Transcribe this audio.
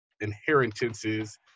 inheritances